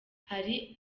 hari